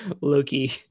Loki